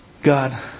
God